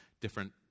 different